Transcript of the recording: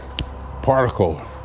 particle